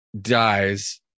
dies